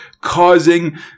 causing